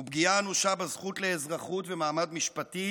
הוא פגיעה אנושה בזכות לאזרחות ומעמד משפטי